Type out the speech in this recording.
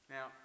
Now